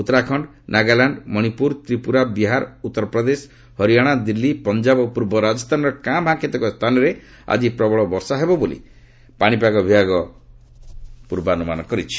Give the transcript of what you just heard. ଉତ୍ତରାଖଣ୍ଡ ନାଗାଲ୍ୟାଣ୍ଡ ମଣିପୁର ତ୍ରିପୁରା ବିହାର ଉତ୍ତର ପ୍ରଦେଶ ହରିୟାଣା ଦିଲ୍ଲୀ ପଞ୍ଜାବ ଓ ପୂର୍ବ ରାଜସ୍ଥାନର କାଁ ଭାଁ କେତେକ ସ୍ଥାନରେ ଆଜି ପ୍ରବଳ ବର୍ଷା ହେବ ବୋଲି ପାଣିପାଗ ବିଭାଗ ପୂର୍ବାନୁମାନ କରିଛି